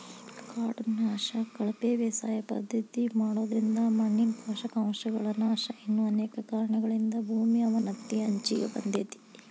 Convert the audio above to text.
ಕಾಡು ನಾಶ, ಕಳಪೆ ಬೇಸಾಯ ಪದ್ಧತಿ ಮಾಡೋದ್ರಿಂದ ಮಣ್ಣಿನ ಪೋಷಕಾಂಶಗಳ ನಾಶ ಇನ್ನು ಅನೇಕ ಕಾರಣಗಳಿಂದ ಭೂಮಿ ಅವನತಿಯ ಅಂಚಿಗೆ ಬಂದೇತಿ